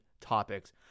topics